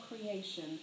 creation